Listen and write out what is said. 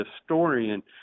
historian